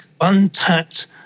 untapped